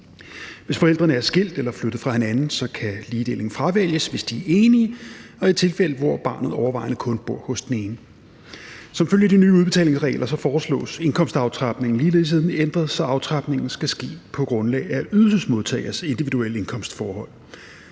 Hvis forældrene er skilt eller flyttet fra hinanden, kan ligedelingen fravælges, hvis de er enige og i tilfælde, hvor barnet overvejende kun bor hos den ene. Som følge af de nye udbetalingsregler foreslås indkomstaftrapningen ligeledes ændret, så aftrapningen skal ske på grundlag af ydelsesmodtagerens individuelle indkomstforhold.